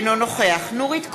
אינו נוכח נורית קורן,